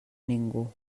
ningú